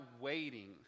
waiting